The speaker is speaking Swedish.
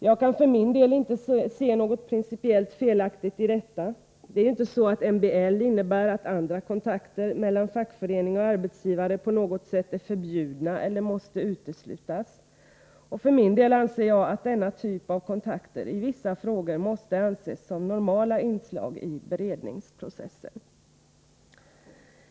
Jag kan för min del inte se något principiellt felaktigt i detta. Det är ju inte så att MBL innebär att andra kontakter mellan fackförening och arbetsgivare på något sätt är förbjudna eller måste uteslutas. För min del anser jag att denna typ av kontakter i vissa frågor måste anses som normala inslag i beredningsprocessen.